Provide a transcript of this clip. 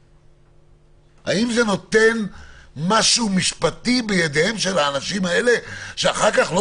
האם זה נותן משהו משפטי בידיהם של האנשים האלה שאחר כך לא